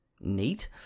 neat